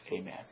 Amen